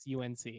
UNC